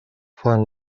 fan